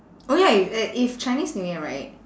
oh ya if uh if chinese new year right